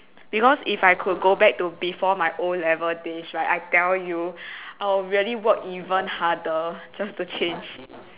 because if I could go back to before my o'level days right I tell you I will really work even harder just to change